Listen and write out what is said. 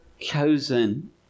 chosen